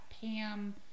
Pam